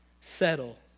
settle